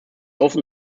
often